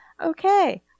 Okay